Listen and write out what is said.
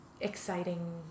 exciting